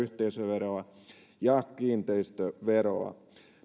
yhteisöveroa ja kiinteistöveroa